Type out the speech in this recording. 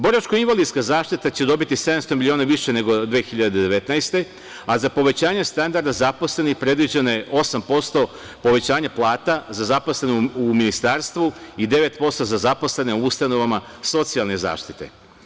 Boračko-invalidska zaštita će dobiti 700 miliona više nego 2019. godine, a za povećanje standarda zaposlenih predviđeno je 8% povećanja plata za zaposlene u ministarstvu i 9% za zaposlene u ustanovama socijalne zaštite.